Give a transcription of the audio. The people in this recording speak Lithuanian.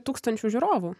tūkstančių žiūrovų